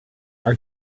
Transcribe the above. are